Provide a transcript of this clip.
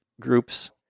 groups